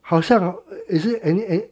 好像 is there any